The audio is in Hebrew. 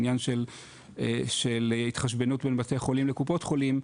עניין של התחשבנות בין בתי חולים לקופות חולים,